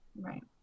Right